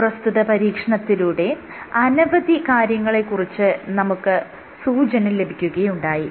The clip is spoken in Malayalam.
പ്രസ്തുത പരീക്ഷണത്തിലൂടെ അനവധി കാര്യങ്ങളെ കുറിച്ച് നമുക്ക് സൂചന ലഭിക്കുകയുണ്ടായി